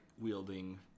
wielding